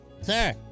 Sir